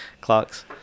Clocks